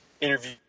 interview